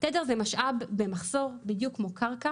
תדר זה משאב במחסור בדיוק קרקע